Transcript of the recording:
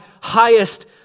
highest